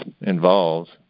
involved